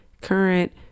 current